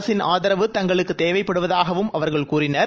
அரசின் ஆதரவு தங்களுக்கு தேவைப்படுவதாகவும் அவர்கள் கூறினர்